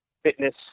fitness